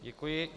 Děkuji.